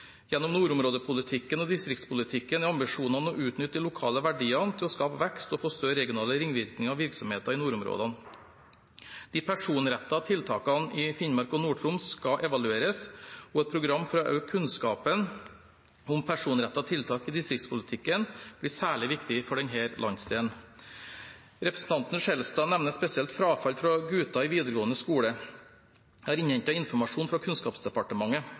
Gjennom nordområdepolitikken og distriktspolitikken er ambisjonene å utnytte de lokale verdiene til å skape vekst og få større regionale ringvirkninger av virksomhet i nordområdene. De personrettede tiltakene i Finnmark og Nord-Troms skal evalueres, og et program for å øke kunnskapen om personrettede tiltak i distriktspolitikken blir særlig viktig for denne landsdelen. Representanten Skjelstad nevner spesielt frafall for gutter i videregående skole. Jeg har innhentet informasjon fra Kunnskapsdepartementet.